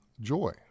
joy